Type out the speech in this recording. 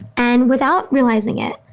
and without realizing it,